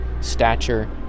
stature